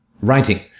writing